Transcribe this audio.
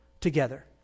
together